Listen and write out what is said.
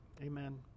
amen